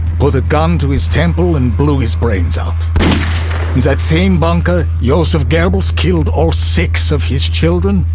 put a gun to his temple, and blew his brains out. in that same bunker, joseph goebbels killed all six of his children,